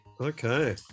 Okay